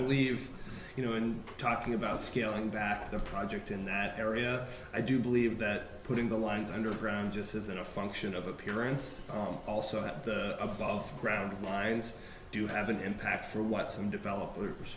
believe you know in talking about scaling back the project in that area i do believe that putting the lines underground just as a function of appearance also that the above ground lines do have an impact for what some developers